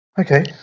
okay